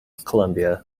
columbia